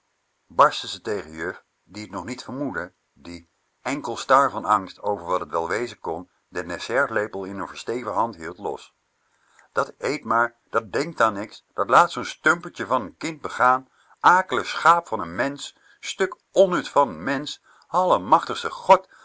barstte ze tegen juf die t nog niet vermoedde die enkel star van angst over wat t wel wezen kan den dessertlepel in r versteven hand hield los dat eet maar dat denkt an niks as eten dat laat zoo'n stumpertje van n kind begaan akelig schaap van n mensch stuk onnut van n mensch allemachtigste god